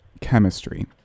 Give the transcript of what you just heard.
Chemistry